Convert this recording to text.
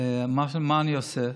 מה אני עושה?